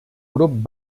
grup